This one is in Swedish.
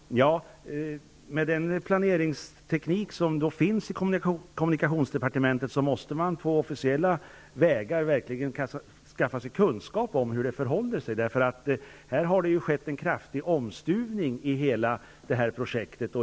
Herr talman! Med tanke på den planeringsteknik som finns i kommunikationsdepartementet, måste man på officiella vägar skaffa sig kunskap om hur det hela förhåller sig. Här har det skett en kraftig omstuvning i hela projektet.